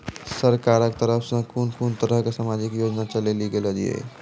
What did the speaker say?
सरकारक तरफ सॅ कून कून तरहक समाजिक योजना चलेली गेलै ये?